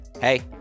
Hey